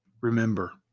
Remember